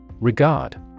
Regard